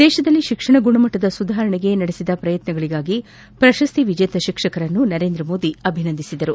ದೇಶದಲ್ಲಿ ಶಿಕ್ಷಣ ಗುಣಮಟ್ಟದ ಸುಧಾರಣೆಗೆ ನಡೆಸಿದ ಪ್ರಯತ್ನಗಳಿಗಾಗಿ ಪ್ರಶಸ್ತಿ ವಿಜೇತ ಶಿಕ್ಷಕರನ್ನು ಮೋದಿ ಅಭಿನಂದಿಸಿದರು